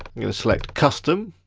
i'm gonna select custom,